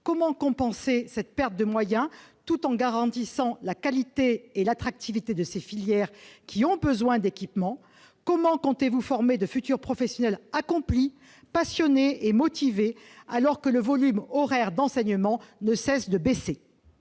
comment compenser cette perte de moyens tout en garantissant la qualité et l'attractivité de ces filières, qui ont besoin d'équipements ? Par ailleurs, comment comptez-vous former de futurs professionnels accomplis, passionnés et motivés, alors que le volume horaire d'enseignement ne cesse de baisser ?